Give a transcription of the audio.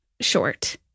short